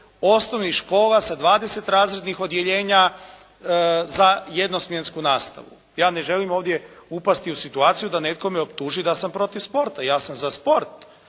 osnovnih škola sa 20 razrednih odjeljenja za jednosmjensku nastavu. Ja ne želim ovdje upasti u situaciju da netko me optuži da sam protiv sporta. Ja sam za sport